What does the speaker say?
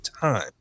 time